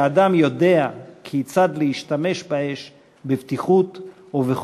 שהאדם יודע כיצד להשתמש באש בבטיחות ובחוכמה.